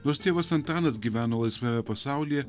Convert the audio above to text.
nors tėvas antanas gyveno laisvame pasaulyje